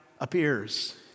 appears